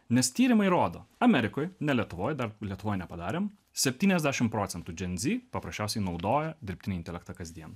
nes tyrimai rodo amerikoj ne lietuvoj dar lietuvoj nepadarėm septyniasdešim procentų gen z paprasčiausiai naudoja dirbtinį intelektą kasdien